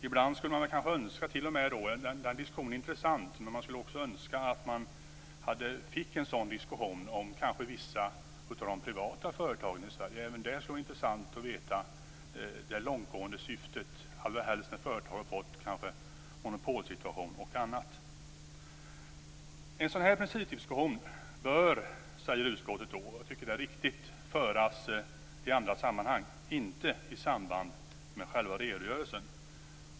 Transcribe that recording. Ibland skulle man kanske önska - för den diskussionen är intressant - att man fick en sådan diskussion om vissa av de privata företagen i Sverige. Även där skulle det vara intressant att veta det långtgående syftet, allrahelst när företag har fått monopolsituation och annat. En sådan här principdiskussion bör - säger utskottet, och jag tycker att det är riktigt - föras i andra sammanhang, inte i samband med själva redogörelsen.